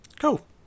Cool